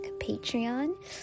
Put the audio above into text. Patreon